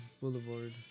Boulevard